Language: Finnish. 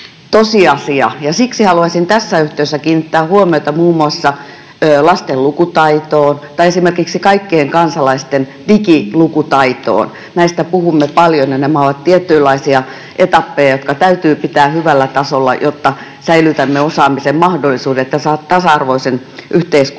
siksi haluaisin tässä yhteydessä kiinnittää huomiota muun muassa lasten lukutaitoon tai esimerkiksi kaikkien kansalaisten digilukutaitoon. Näistä puhumme paljon, ja nämä ovat tietynlaisia etappeja, jotka täytyy pitää hyvällä tasolla, jotta säilytämme osaamisen mahdollisuuden ja tasa-arvoisen yhteiskunnan mahdollisuuden.